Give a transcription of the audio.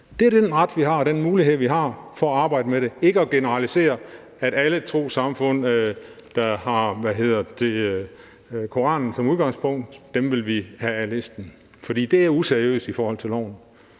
Det er den ret, vi har, og den mulighed, vi har, for at arbejde med det i stedet for at generalisere og sige, at alle trossamfund, der har Koranen som udgangspunkt, vil vi have af listen. For det er useriøst i forhold til